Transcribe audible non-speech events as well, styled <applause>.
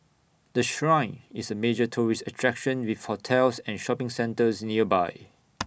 the Shrine is A major tourist attraction with hotels and shopping centres nearby <noise>